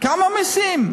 כמה מסים?